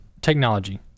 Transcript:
technology